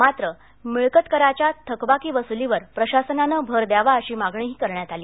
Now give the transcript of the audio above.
मात्र मिळकत कराच्या थकबाकी वसुलीवर प्रशासनाने भर द्यावा अशी मागणीही करण्यात आली